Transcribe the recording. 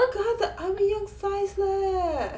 跟他的 arm 一样 size leh